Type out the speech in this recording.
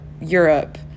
Europe